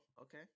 okay